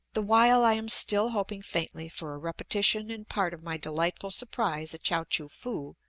the while i am still hoping faintly for a repetition in part of my delightful surprise at chao-choo-foo,